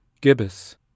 Gibbous